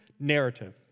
Narrative